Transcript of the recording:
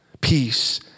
peace